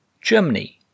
Germany